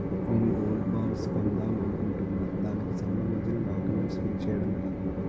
నేను gold bonds కొందాం అనుకుంటున్నా దానికి సంబందించిన డాక్యుమెంట్స్ ఫిల్ చేయడం ఎలా?